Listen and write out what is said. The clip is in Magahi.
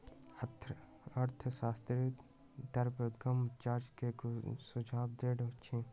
अर्थशास्त्री उर्ध्वगम चार्ज करे के सुझाव देइ छिन्ह